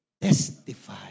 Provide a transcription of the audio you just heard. testify